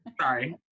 Sorry